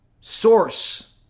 source